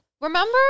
Remember